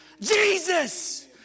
Jesus